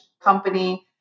company